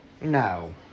No